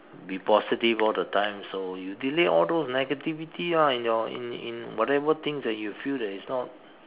be positive all the time so you delete all those negativity ah in your in in whatever things that you feel that is not